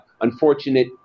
unfortunate